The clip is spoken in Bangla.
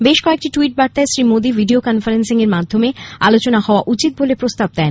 বেশ কয়েকটি ট্যুইট বার্তায় শ্রী মোদী ভিডিও কনফারেঙ্গিং এর মাধ্যমে আলোচনা হওয়া উচিত বলে প্রস্তাব দেন